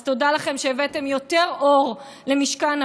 אז תודה לכן שהבאתן יותר אור למשכן,